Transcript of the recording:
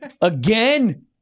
Again